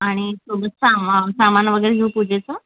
आणि थोडा सामान सामान वगैरे घेऊ पूजेच